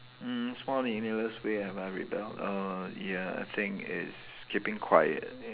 mm small meaningless way have I rebelled err ya I think is keeping quiet